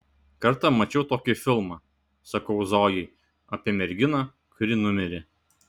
kartą mačiau tokį filmą sakau zojai apie merginą kuri numirė